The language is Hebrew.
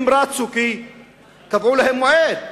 הם רצו כי קבעו להם מועד.